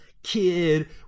Kid